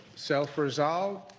self-resolve,